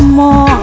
more